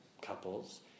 couples